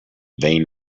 vain